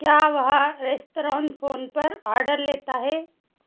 क्या वह restaurant phone पर ऑर्डर लेता है